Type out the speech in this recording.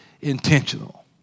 intentional